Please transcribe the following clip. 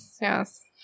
Yes